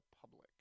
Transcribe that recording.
public